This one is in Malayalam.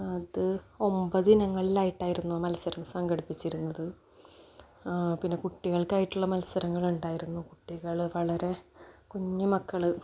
അത് ഒമ്പത് ഇനങ്ങളിലായിട്ടായിരുന്നു ആ മത്സരം സംഘടിപ്പിച്ചിരുന്നത് പിന്നെ കുട്ടികൾക്കായിട്ടുള്ള മത്സരങ്ങളുമുണ്ടായിരുന്നു കുട്ടികള് വളരെ കുഞ്ഞു മക്കള്